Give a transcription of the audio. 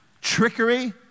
trickery